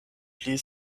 pli